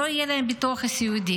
לא יהיה להם ביטוח סיעודי.